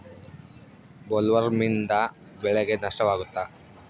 ಬೊಲ್ವರ್ಮ್ನಿಂದ ಬೆಳೆಗೆ ನಷ್ಟವಾಗುತ್ತ?